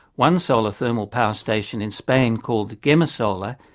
one solar thermal power station in spain, called gemasolar,